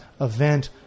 event